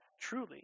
truly